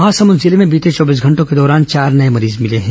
महासमुंद जिले में बीते चौबीस घंटों के दौरान चार नए मरीज मिले हैं